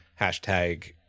hashtag